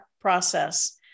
process